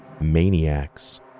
maniacs